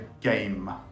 game